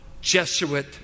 Jesuit